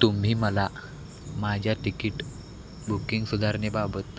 तुम्ही मला माझ्या तिकीट बुकिंग सुधारणेबाबत